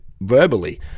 verbally